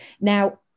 Now